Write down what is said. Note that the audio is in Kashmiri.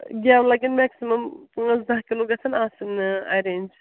گٮ۪و لَگن میٚکسِمَم پانٛژھ دَہ کِلوٗ گژھن آسٕنۍ اَرینٛج